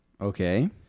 okay